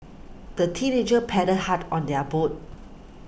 the teenagers paddled hard on their boat